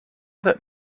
that